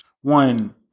one